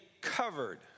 covered